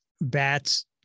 bats